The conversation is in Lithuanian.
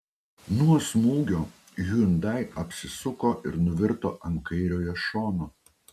nuo smūgio hyundai apsisuko ir nuvirto ant kairiojo šono